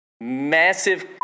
massive